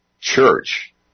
church